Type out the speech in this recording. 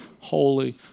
holy